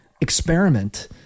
experiment